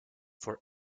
for